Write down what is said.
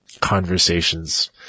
conversations